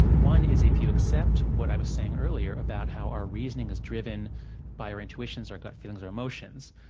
one is, if you accept what i was saying earlier about how our reasoning is driven by our intuitions, our gut feelings, our emotions,